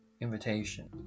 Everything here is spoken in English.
invitation